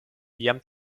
jam